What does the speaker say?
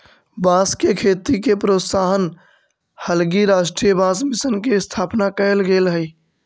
बाँस के खेती के प्रोत्साहन हलगी राष्ट्रीय बाँस मिशन के स्थापना कैल गेल हइ